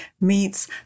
meets